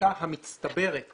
שההפחתה המצטברת